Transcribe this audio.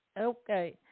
Okay